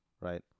right